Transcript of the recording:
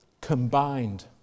combined